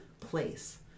place